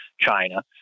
China